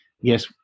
yes